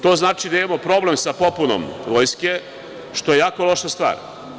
To znači da imamo problem sa popunom vojske, što je jako loša stvar.